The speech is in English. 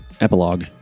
Epilogue